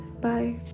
bye